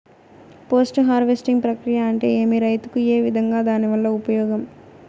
Post harvesting ప్రక్రియ అంటే ఏమి? రైతుకు ఏ విధంగా దాని వల్ల ఉపయోగం?